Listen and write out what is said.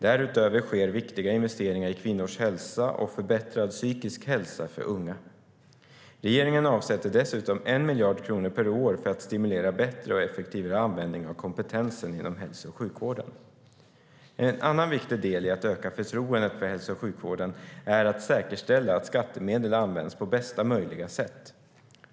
Därutöver sker viktiga investeringar i kvinnors hälsa och förbättrad psykisk hälsa för unga. Regeringen avsätter dessutom 1 miljard kronor per år för att stimulera bättre och effektivare användning av kompetensen inom hälso och sjukvården. En annan viktig del i att öka förtroendet för hälso och sjukvården är att säkerställa att skattemedel används på bästa möjliga sätt.